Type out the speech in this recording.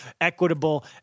equitable